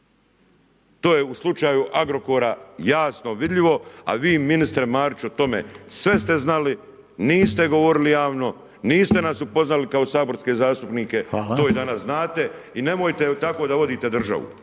To je u slučaju Agrokora jasno vidljivo, a vi ministre Mariću o tome sve ste znali, niste govorili javno, niste nas upoznali kao saborske zastupnike, to i danas znate i nemojte tako da vodite državu.